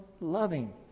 loving